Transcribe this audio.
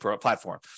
platform